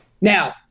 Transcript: Now